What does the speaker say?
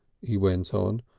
he went on,